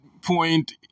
point